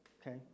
okay